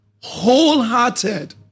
wholehearted